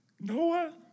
Noah